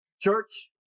Church